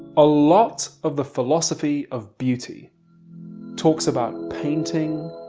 a lot of the philosophy of beauty talks about painting,